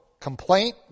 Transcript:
complaint